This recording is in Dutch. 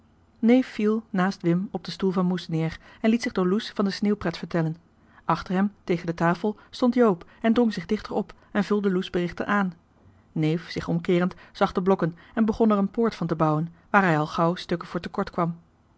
neef viel naast wim op den stoel van moes neer en liet zich door loes van de sneeuwpret vertellen achter hem tegen de tafel aan stond joop en drong zich dichter op en vulde loes berichten aan neef zich omkeerend zag de blokken en begon er een poort van te bouwen waar hij al gauw stukken voor te kort kwam